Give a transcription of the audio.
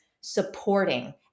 supporting